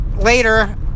later